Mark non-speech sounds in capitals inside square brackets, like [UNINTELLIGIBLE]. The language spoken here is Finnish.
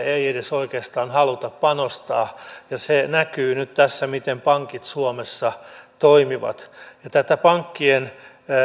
[UNINTELLIGIBLE] ei edes oikeastaan haluta panostaa se näkyy nyt tässä miten pankit suomessa toimivat tätä pankkien